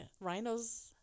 rhinos